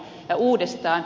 ja uudestaan